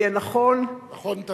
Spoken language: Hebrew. "היה נכון" נכון תמיד.